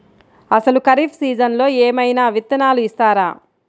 అసలు ఖరీఫ్ సీజన్లో ఏమయినా విత్తనాలు ఇస్తారా?